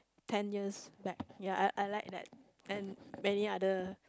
ten years back ya I I like that and many other